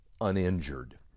uninjured